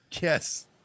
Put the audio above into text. Yes